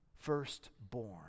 Firstborn